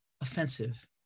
offensive